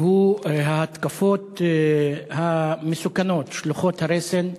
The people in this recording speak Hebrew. והוא: ההתקפות המסוכנות, שלוחות הרסן,